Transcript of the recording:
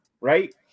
right